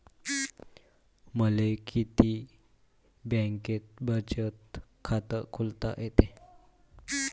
मले किती बँकेत बचत खात खोलता येते?